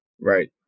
Right